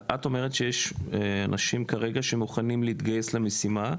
את אומרת שיש אנשים כרגע שמוכנים להתגייס למשימה.